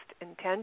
intention